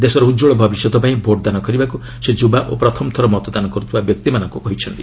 ଦେଶର ଉଜ୍ୱଳ ଭବିଷ୍ୟତପାଇଁ ଭୋଟ୍ଦାନ କରିବାକୁ ସେ ଯୁବା ଓ ପ୍ରଥମ ଥର ମତଦାନ କର୍ତ୍ତିବା ବ୍ୟକ୍ତିମାନଙ୍କ କହିଛନ୍ତି